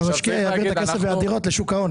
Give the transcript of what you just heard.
המשקיע יעביר את הכסף והדירות לשוק ההון,